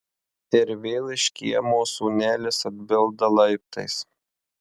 ir vėl iš kiemo sūnelis atbilda laiptais